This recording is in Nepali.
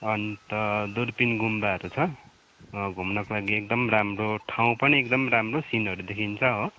अन्त दुर्बिन गुम्बाहरू छ घुम्नको लागि एकदम राम्रो ठाउँ पनि एकदम राम्रो सिइङहरू देखिन्छ हो